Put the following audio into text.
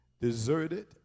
deserted